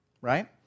right